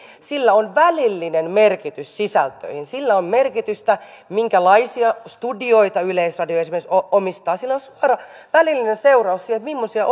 sillä on välillinen merkitys sisältöihin sillä on merkitystä minkälaisia studioita yleisradio esimerkiksi omistaa sillä on suora välillinen seuraus siihen mimmoisia